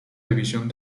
división